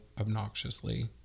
obnoxiously